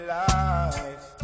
life